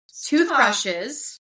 Toothbrushes